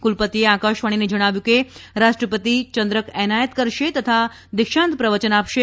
કુલપતિએ આકાશવાણીને જણાવ્યું કે રાષ્ટ્રપતિ ચંદ્રક એનાયત કરશે તથા દીક્ષાંત પ્રવયન આપશે